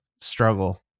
struggle